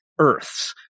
Earth's